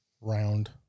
round